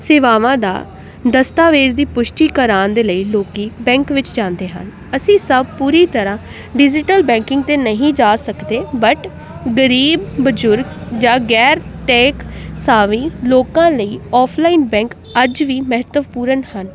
ਸੇਵਾਵਾਂ ਦਾ ਦਸਤਾਵੇਜ਼ ਦੀ ਪੁਸ਼ਟੀ ਕਰਵਾਉਣ ਦੇ ਲਈ ਲੋਕ ਬੈਂਕ ਵਿੱਚ ਜਾਂਦੇ ਹਨ ਅਸੀਂ ਸਭ ਪੂਰੀ ਤਰ੍ਹਾਂ ਡਿਜ਼ੀਟਲ ਬੈਂਕਿੰਗ ਤਾਂ ਨਹੀਂ ਜਾ ਸਕਦੇ ਬਟ ਗਰੀਬ ਬਜ਼ੁਰਗ ਜਾਂ ਗੈਰ ਟੈਕ ਸਾਵੀ ਲੋਕਾਂ ਲਈ ਆਫਲਾਈਨ ਬੈਂਕ ਅੱਜ ਵੀ ਮਹੱਤਵਪੂਰਨ ਹਨ